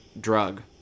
drug